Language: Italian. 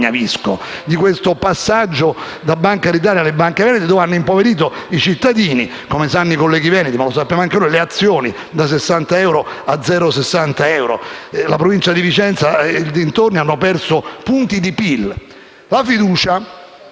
di questo passaggio da Banca d'Italia alle banche venete che hanno impoverito i cittadini, come sanno i colleghi veneti, ma lo sappiamo anche noi. Le azioni da 60 euro sono scese a 60 centesimi. La provincia di Vicenza e dintorni ha perso punti di PIL.